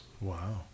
Wow